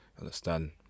understand